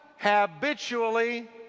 habitually